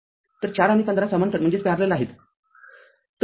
तर ४ आणि १५ समांतर आहेत